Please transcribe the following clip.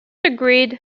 agreed